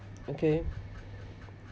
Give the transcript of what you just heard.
okay